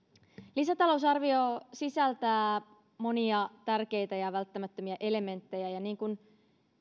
lisätalousarvio sisältää monia tärkeitä ja välttämättömiä elementtejä ja niin kuin